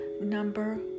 number